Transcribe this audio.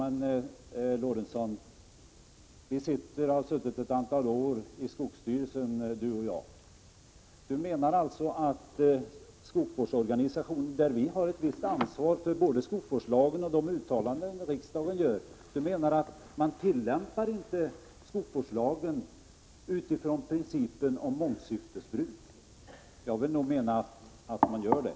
Ja, men vi har ju båda suttit i skogsstyrelsen ett antal år. Menar Sven Eric Lorentzon att skogsvårdsorganisationen, där vi har ett visst ansvar för både skogsvårdslagen och de uttalanden som riksdagen gör, inte tillämpar skogsvårdslagen utifrån principen om mångsyftesbruk? Jag vill nog mena att man gör det.